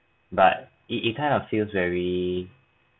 but it it kind of feels very